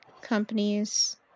companies